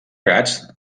gats